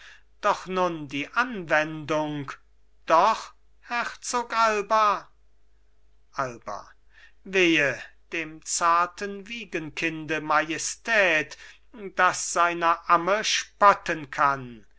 doch nun die anwendung doch herzog alba alba wehe dem zarten wiegenkinde majestät das seiner amme spotten kann